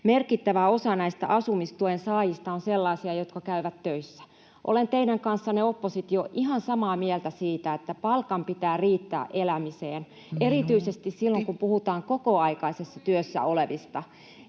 merkittävä osa näistä asumistuen saajista on sellaisia, jotka käyvät töissä. Olen teidän kanssanne, oppositio, ihan samaa mieltä siitä, että palkan pitää riittää elämiseen erityisesti silloin, [Puhemies: Minuutti!] kun puhutaan kokoaikaisessa työssä olevista.